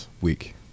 week